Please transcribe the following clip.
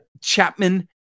Chapman